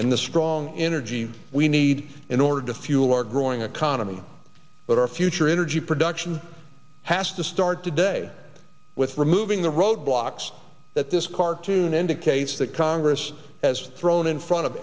and the strong energy we need in order to fuel our growing economy that our future energy production has to start today with removing the roadblocks this cartoon indicates that congress has thrown in front of